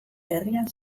herrian